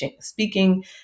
speaking